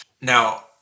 Now